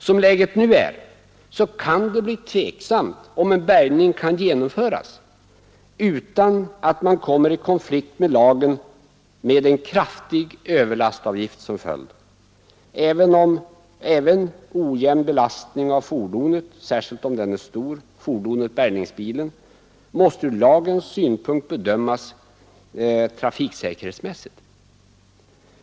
Som läget nu är kan det bli tveksamt om en bärgning kan genomföras utan att man kommer i konflikt med lagen med en kraftig överlastavgift som följd. Även ojämn belastning av bärgningsbilen — särskilt om den är stor — måste från lagens synpunkt bedömas trafiksäkerhetsmässigt.